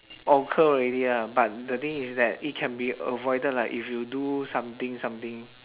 occur already lah but the thing is that it can be avoided like if you do something something